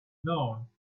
none